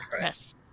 Yes